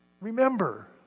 remember